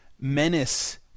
Menace